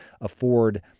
afford